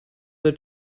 they